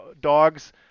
dogs